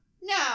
No